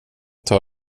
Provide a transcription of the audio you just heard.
tar